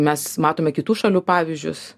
mes matome kitų šalių pavyzdžius